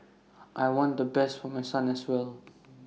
I want the best for my son as well